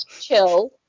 chill